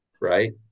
Right